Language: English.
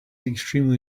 extremely